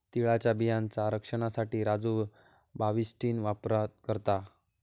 तिळाच्या बियांचा रक्षनासाठी राजू बाविस्टीन वापर करता